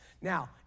Now